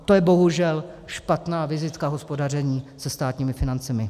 To je bohužel špatná vizitka hospodaření se státními financemi.